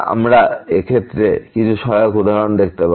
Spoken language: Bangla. আমরা এই ক্ষেত্রে কিছু সহায়ক উদাহরণ দেখতে পাব